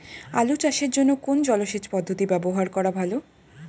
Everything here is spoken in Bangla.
আলু চাষের জন্য কোন জলসেচ পদ্ধতি ব্যবহার করা ভালো?